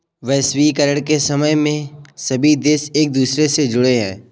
वैश्वीकरण के समय में सभी देश एक दूसरे से जुड़े है